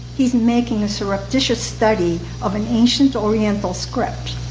he's making a surreptitious study of an ancient oriental script.